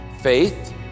faith